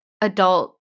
adult